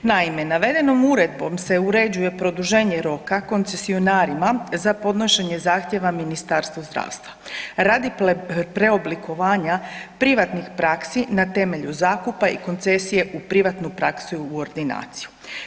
Naime, navedenom uredbom se uređuje produženje roka koncesionarima za podnošenje zahtjeva Ministarstvu zdravstva radi preoblikovanja privatnih praksi na temelju zakupa i koncesije u privatnu praksu i u ordinaciju.